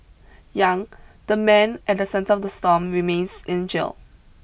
Yang the man at the centre of the storm remains in jail